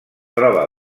troba